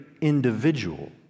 individual